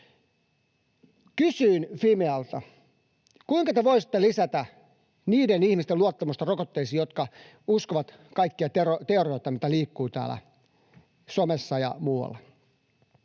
Kysyin Fimealta: kuinka te voisitte lisätä niiden ihmisten luottamusta rokotteisiin, jotka uskovat kaikkia teorioita, mitä liikkuu somessa ja muualla?